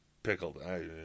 Pickled